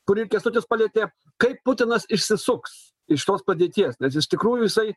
kurį ir kęstutis palietė kaip putinas išsisuks iš tos padėties nes iš tikrųjų jisai